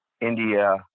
India